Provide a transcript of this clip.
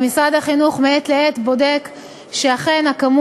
ומשרד החינוך מעת לעת בודק שאכן מספר